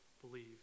believe